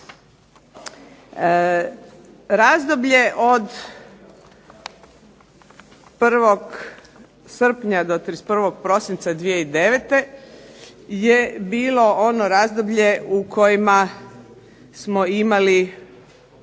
Razdoblje od 01. srpnja do 31. prosinca 2009. je bilo ono razdoblje u kojima smo imali